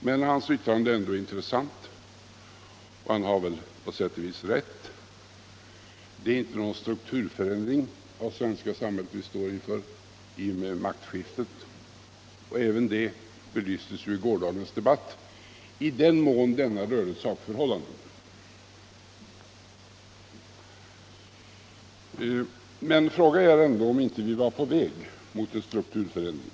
Men presidentens yttrande är ändå intressant. Och han har väl på sätt och vis rätt. Det är inte någon strukturförändring av det svenska samhället som vi står inför i och med maktskiftet. Även det belystes i gårdagens debatt, i den mån denna rörde sakförhållanden. Fråga är ändå om vi inte var på väg mot en strukturförändring.